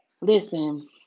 Listen